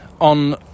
on